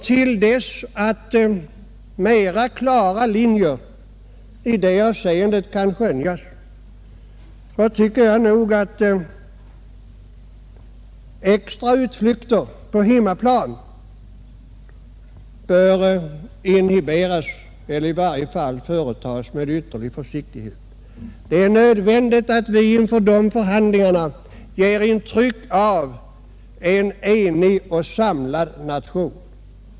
Till dess att klarare linjer i det avseendet kan skönjas tycker jag nog att extra utflykter på hemmaplan bör inhiberas eller i varje fall företas med ytterlig försiktighet. Det är nödvändigt att vi inför förhandlingarna ger intrycket av en enig och samlad nation.